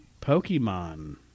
Pokemon